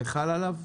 זה חל עליו?